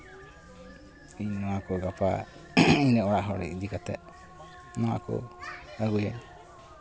ᱤᱧ ᱱᱚᱣᱟ ᱠᱚ ᱜᱟᱯᱟ ᱤᱧᱟᱹᱜ ᱚᱲᱟᱜ ᱦᱚᱲ ᱤᱫᱤ ᱠᱟᱛᱮᱫ ᱱᱚᱣᱟ ᱠᱚ ᱟᱹᱜᱩᱭᱟ